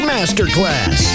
Masterclass